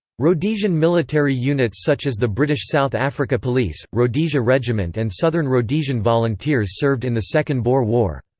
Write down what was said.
rhodesian military units such as the british south africa police, rhodesia regiment and southern rhodesian volunteers served in the second boer war.